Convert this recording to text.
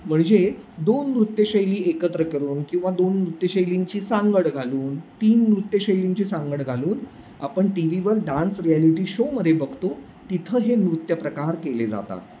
म्हणजे दोन नृत्यशैली एकत्र करून किंवा दोन नृत्यशैलींची सांगड घालून तीन नृत्यशैलींची सांगड घालून आपण टी व्हीवर डान्स रियालिटी शोमध्ये बघतो तिथं हे नृत्यप्रकार केले जातात